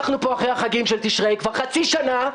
אנחנו פה אחרי החגים של תשרי, כבר אחרי חצי שנה,